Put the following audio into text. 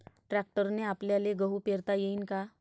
ट्रॅक्टरने आपल्याले गहू पेरता येईन का?